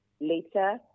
later